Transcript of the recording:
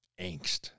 angst